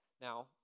Now